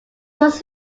was